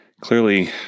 Clearly